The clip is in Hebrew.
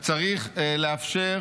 וצריך לאפשר